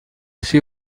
she